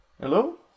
Hello